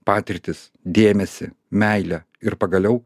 patirtis dėmesį meilę ir pagaliau